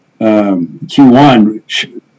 Q1